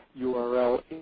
URL